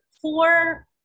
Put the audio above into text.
four